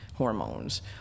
hormones